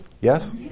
yes